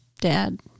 dad